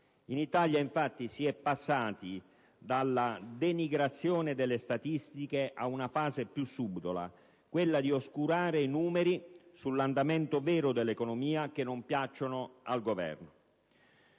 In Italia, infatti, si è passati dalla denigrazione delle statistiche ad una fase più subdola, quella di oscurare i numeri sull'andamento vero dell'economia che non piacciono al Governo.